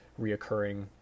reoccurring